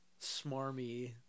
smarmy